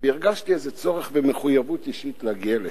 והרגשתי איזה צורך ומחויבות אישית להגיע לשם.